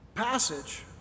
Passage